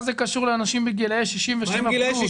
מה זה קשור לאנשים בגילאי 67 פלוס?